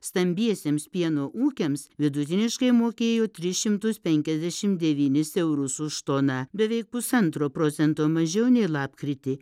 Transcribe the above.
stambiesiems pieno ūkiams vidutiniškai mokėjo tris šimtus penkiasdešim devynis eurus už toną beveik pusantro procento mažiau nei lapkritį